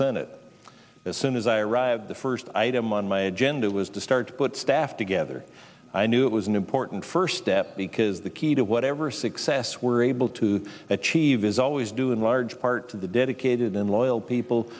senate as soon as i arrived the first item on my agenda was to start to put staff together i knew it was an important first step because the key to whatever success we're able to achieve is always do in large part to the dedicated and loyal people